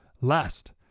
lest